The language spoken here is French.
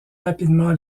rapidement